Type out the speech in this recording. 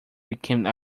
became